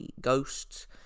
ghosts